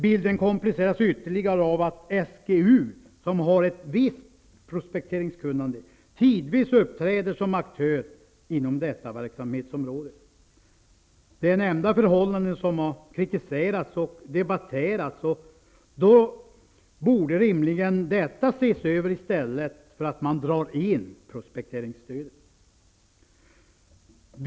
Bilden kompliceras ytterligare av att SGU, som har ett visst prospekteringskunnande, tidvis uppträder som aktör inom detta verksamhetsområde. De här nämnda förhållandena som har kritiserats och debatterats, och därför borde rimligen dessa ses över i stället för att man drar in prospekteringsstödet.